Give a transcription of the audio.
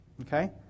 Okay